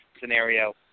scenario